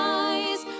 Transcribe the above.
eyes